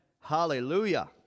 Hallelujah